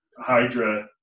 Hydra